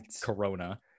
Corona